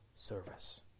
service